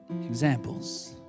examples